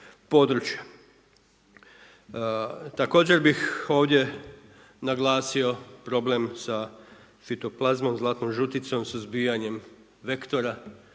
Također bih ovdje naglasio problem sa fitoplazmom, zlatnom žuticom, suzbijanjem vektora